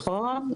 נכון.